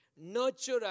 Nurture